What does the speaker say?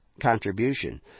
contribution